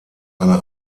eine